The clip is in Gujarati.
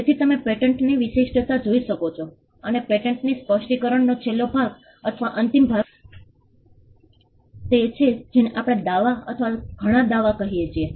તેથી તમે પેટન્ટની વિશિષ્ટતા જોઈ શકો છો અને પેટન્ટ સ્પષ્ટીકરણનો છેલ્લો ભાગ અથવા અંતિમ ભાગ તે છે જેને આપણે દાવા અથવા ઘણા દાવા કહીએ છીએ